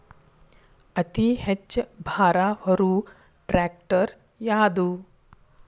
ಅತಿ ಹೆಚ್ಚ ಭಾರ ಹೊರು ಟ್ರ್ಯಾಕ್ಟರ್ ಯಾದು?